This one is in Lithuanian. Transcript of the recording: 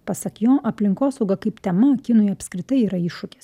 pasak jo aplinkosauga kaip tema kinui apskritai yra iššūkis